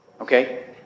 okay